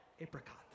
apricot